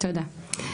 תודה.